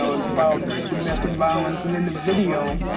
ah is about domestic violence. and in the the video,